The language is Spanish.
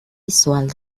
visual